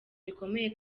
rikomeye